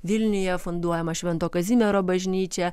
vilniuje funduojama švento kazimiero bažnyčia